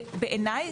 ובעיניי,